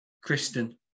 Kristen